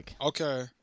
Okay